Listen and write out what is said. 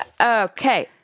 okay